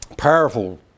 Powerful